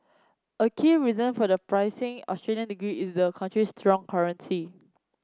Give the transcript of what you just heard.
a key reason for the pricier Australian degree is the country's strong currency